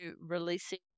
releasing